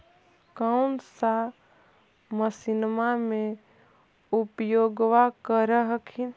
कौन सा मसिन्मा मे उपयोग्बा कर हखिन?